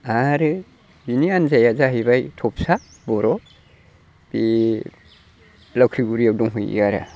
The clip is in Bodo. आरो बिनि आनजाइआ जाहैबाय थबसा बर' बे लखिगुरियाव दंहैयो आरो